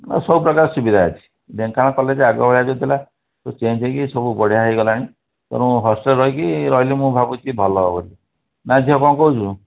ଆଉ ସବୁ ପ୍ରକାର ସୁବିଧା ଅଛି ଢେଙ୍କାନାଳ କଲେଜ୍ ଆଗ ଭଳିଆ ଯେଉଁ ଥିଲା ସେ ଚେଞ୍ଜ୍ ହୋଇକି ସବୁ ବଢ଼ିଆ ହୋଇଗଲାଣି ତେଣୁ ହଷ୍ଟେଲ୍ରେ ରହିକି ରହିଲେ ମୁଁ ଭାବୁଛି ଭଲ ହେବ ବୋଲି ନା ଝିଅ କ'ଣ କହୁଛୁ